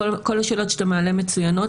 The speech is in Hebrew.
כל השאלות שאתה מעלה מצוינות.